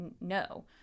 no